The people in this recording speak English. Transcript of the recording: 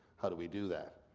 how do we do that?